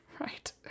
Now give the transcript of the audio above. Right